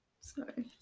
Sorry